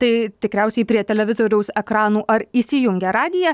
tai tikriausiai prie televizoriaus ekranų ar įsijungę radiją